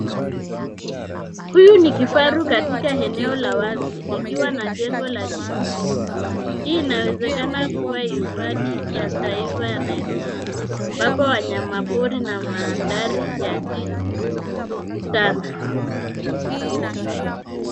Huyu ni kifaru katika eneo la wazi, likiwa na jengo la jiji nyuma. Hii inawezekana kua hifadhi ya taifa ya Nairobi, ambapo wanyama pori na mandhari ya jiji hukutana.